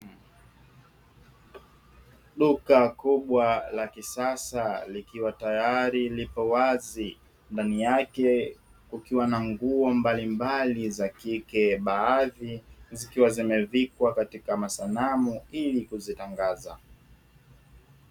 Duka kubwa la kisasa likiwa tayari lipo wazi ndani yake kukiwa na nguo mbalimbali za kike, baadhi zikiwa zimevikwa katika masanamu ili kuzitangaza.